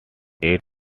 eight